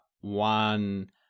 one